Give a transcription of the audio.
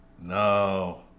No